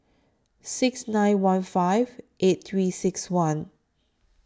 six nine one five eight three six one